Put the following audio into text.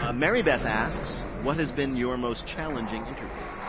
um marybeth asks what has been your most challenging interview?